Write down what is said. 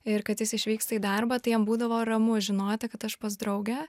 ir kad jis išvyksta į darbą tai jam būdavo ramu žinoti kad aš pas draugę